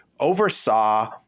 oversaw